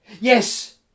Yes